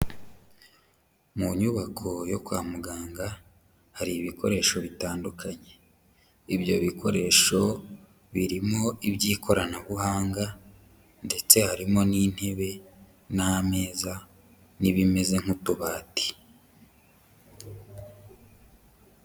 Mu nyubako yo kwa muganga, hari ibikoresho bitandukanye. Ibyo bikoresho birimo iby'ikoranabuhanga, ndetse harimo n'intebe, n'ameza n'ibimeze nk'utubati.